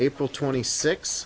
april twenty six